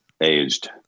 aged